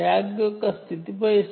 tag కి శక్తి అందింది